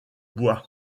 bois